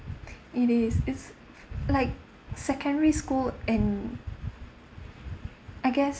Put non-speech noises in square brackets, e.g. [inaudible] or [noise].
[breath] it is it's like secondary school and I guess